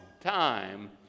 time